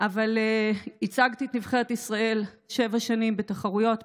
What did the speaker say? אבל ייצגתי את נבחרת ישראל שבע שנים בתחרויות,